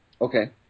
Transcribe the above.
Okay